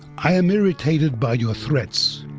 i am irritated by your threats